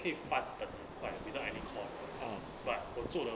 可以 fund 本很快 but 我做的